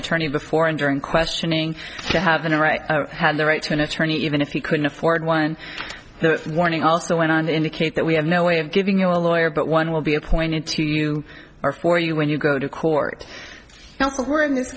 attorney before and during questioning to have the right had the right to an attorney even if you couldn't afford one the warning also went on to indicate that we have no way of giving you a lawyer but one will be appointed to you or for you when you go to court or in this